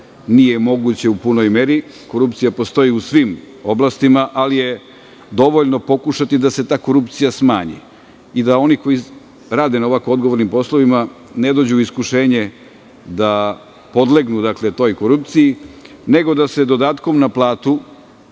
nije moguće u punoj meri, korupcija postoji u svim oblastima, ali je dovoljno pokušati da se ta korupcija smanji i da oni koji rade na ovako odgovornim poslovima ne dođu u iskušenje podlegnu toj korupciji, nego da se dodatkom na platu